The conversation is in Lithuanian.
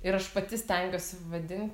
ir aš pati stengiuosi vadint